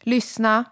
Lyssna